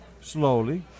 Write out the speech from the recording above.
slowly